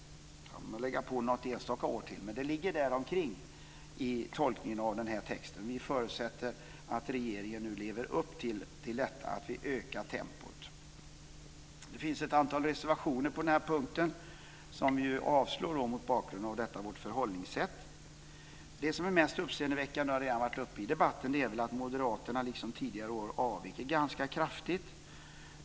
Man kan lägga till något enstaka år, men det ligger däromkring i tolkningen av den här texten. Vi förutsätter att regeringen nu lever upp till detta, så att vi ökar tempot. Det finns ett antal reservationer på den här punkten som vi avstyrker mot bakgrund av detta vårt förhållningssätt. Det som är mest uppseendeväckande har redan varit uppe i debatten. Det är att moderaterna, liksom tidigare år, avviker ganska kraftigt.